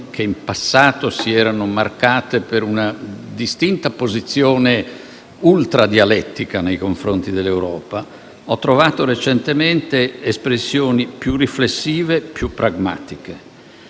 che in passato si erano marcate per una distinta posizione ultradialettica nei confronti dell'Europa, espressioni più riflessive e pragmatiche.